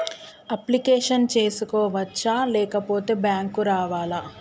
Application చేసుకోవచ్చా లేకపోతే bank రావాలా?